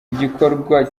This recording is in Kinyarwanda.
igikorwa